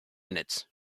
minutes